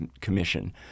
commission